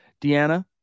Deanna